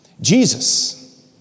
Jesus